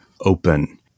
open